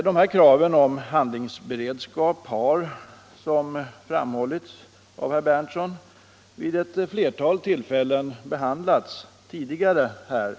Dessa krav på handlingsberedskap har, som framhållits av herr Berndtson, vid ett flertal tidigare tillfällen behandlats här i kammaren.